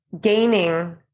gaining